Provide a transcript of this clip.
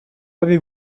avez